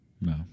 No